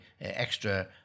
extra